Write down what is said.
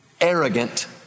arrogant